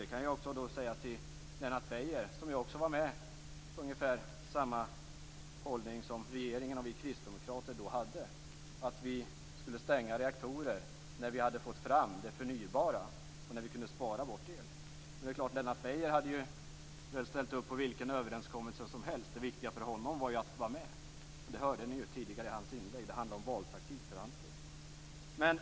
Det kan jag också säga till Lennart Beijer. Han var ju också med på ungefär samma hållning som regeringen och vi kristdemokrater då hade; att vi skulle stänga reaktorer när vi hade fått fram det förnybara och när vi kunde spara bort el. Men det är klart, Lennart Beijer hade väl ställt upp på vilken överenskommelse som helst. Det viktiga för honom var ju att få vara med. Det hörde ni ju tidigare i hans inlägg. Det handlar om valtaktik för hans del.